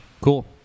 Cool